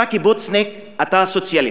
אתה קיבוצניק, אתה סוציאליסט.